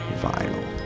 vinyl